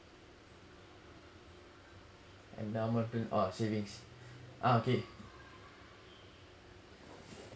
normal or savings ah okay